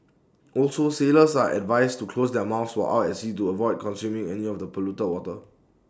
also sailors are advised to close their mouths while out at sea to avoid consuming any of the polluted water